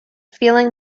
feeling